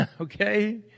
Okay